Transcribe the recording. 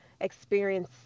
experience